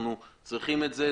אנחנו צריכים את זה,